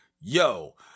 yo